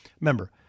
Remember